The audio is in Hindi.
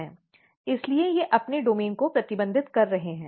इसलिए ये अपने डोमेन को प्रतिबंधित कर रहे हैं